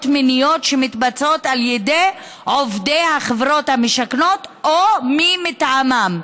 מיניות שמתבצעות על ידי עובדי החברות המשכנות או מי מטעמם,